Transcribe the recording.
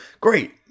Great